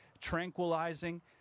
tranquilizing